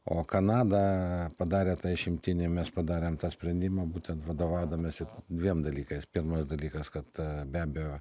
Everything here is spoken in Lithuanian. o kanada padarė tą išimtinį mes padarėm tą sprendimą būtent vadovaudamiesi dviem dalykais pirmas dalykas kad be abejo